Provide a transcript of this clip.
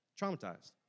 Traumatized